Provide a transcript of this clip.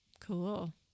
Cool